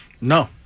No